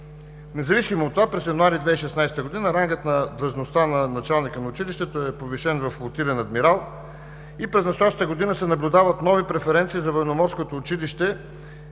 Независимо от това през януари 2016 г. рангът на длъжността на началника на училището е повишен във „флотилен адмирал“ и през настоящата година се наблюдават нови преференции за Военноморското училище